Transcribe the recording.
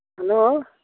hello